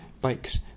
bikes